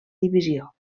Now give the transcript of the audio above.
divisió